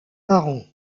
parents